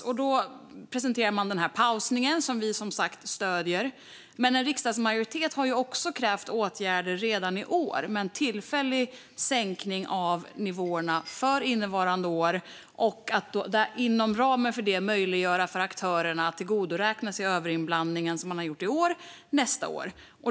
Man presenterar nu en pausad höjning, vilket vi som sagt stöder, men en riksdagsmajoritet har också krävt åtgärder redan i år i form av en tillfällig sänkning av nivåerna för innevarande år. Inom ramen för detta ska man även möjliggöra för aktörerna att tillgodoräkna sig den överinblandning de har gjort i år och för nästa år.